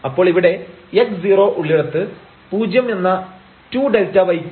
അപ്പോൾ ഇവിടെ x0 ഉള്ളിടത്ത് പൂജ്യം എന്ന 2Δy3